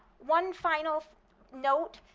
one final note,